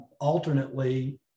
Alternately